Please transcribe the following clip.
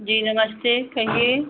जी नमस्ते कहिए